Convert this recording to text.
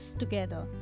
together